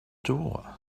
door